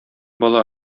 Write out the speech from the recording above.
бала